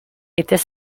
était